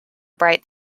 bright